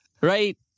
Right